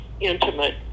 intimate